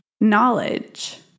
knowledge